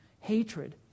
hatred